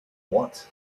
what